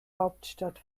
hauptstadt